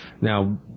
Now